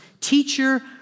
teacher